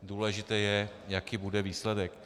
Důležité je, jaký bude výsledek.